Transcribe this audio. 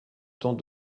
temps